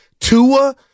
Tua